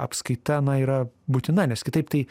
apskaita na yra būtina nes kitaip tai